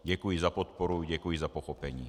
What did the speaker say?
Děkuji za podporu, děkuji za pochopení.